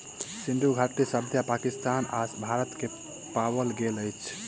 सिंधु घाटी सभ्यता पाकिस्तान आ भारत में पाओल गेल अछि